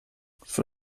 für